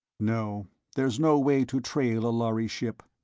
no. there's no way to trail a lhari ship,